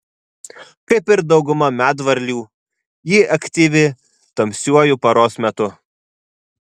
kaip ir dauguma medvarlių ji aktyvi tamsiuoju paros metu